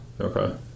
Okay